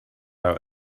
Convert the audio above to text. our